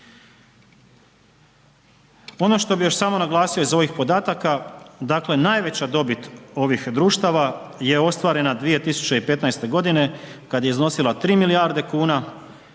Ono što bih još samo naglasio iz ovih podataka dakle najveća dobit ovih društava je ostvarena 2015. godine kada je iznosila 3 milijarde kuna,